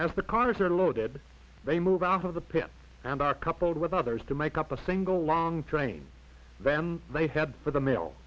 as the connors are loaded they move out of the pit and are coupled with others to make up a single long train then they head for the ma